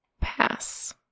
pass